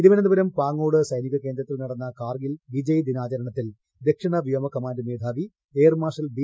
തിരുവനന്തപുരം പാങ്ങോട് സൈനിക കേന്ദ്രത്തിൽ നടന്നി കാർഗിൽ വിജയദിനാചരണത്തിൽ ദക്ഷിണവ്യോമ കമാൻഡ് ്രൂമെയാവി എയർമാർഷൽ ബി